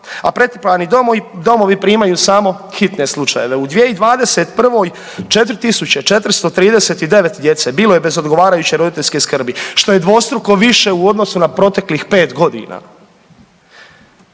a pretrpani domovi primaju samo hitne slučajeve. U 2021. 4 439 djece bilo je bez odgovarajuće roditeljske skrbi, što je dvostruko više u odnosu na proteklih 5 godina.